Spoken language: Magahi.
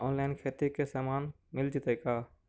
औनलाइन खेती के सामान मिल जैतै का?